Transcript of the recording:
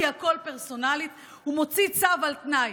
כי הכול פרסונלי: הוא מוציא צו על תנאי,